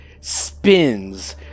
spins